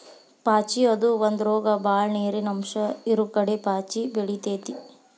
ಪಾಚಿ ಅದು ಒಂದ ರೋಗ ಬಾಳ ನೇರಿನ ಅಂಶ ಇರುಕಡೆ ಪಾಚಿ ಬೆಳಿತೆತಿ